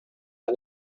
how